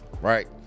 right